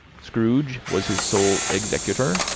scrooge was his sole executor,